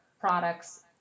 products